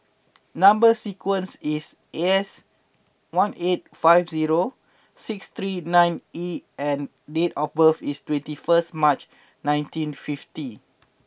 number sequence is S one eight five zero six three nine E and date of birth is twenty first March nineteen fifty